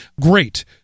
great